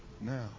now